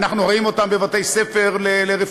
אנחנו רואים אותם בבתי-ספר לרפואה,